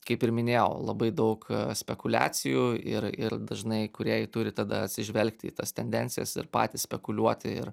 kaip ir minėjau labai daug spekuliacijų ir ir dažnai kūrėjai turi tada atsižvelgti į tas tendencijas ir patys spekuliuoti ir